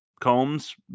Combs